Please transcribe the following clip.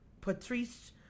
Patrice